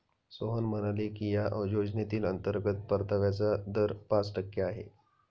सोहन म्हणाले की या योजनेतील अंतर्गत परताव्याचा दर पाच टक्के आहे